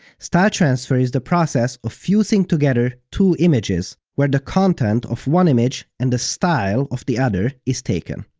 style transfer is the process of fusing together two images, where the content of one image and the style of the other image is taken.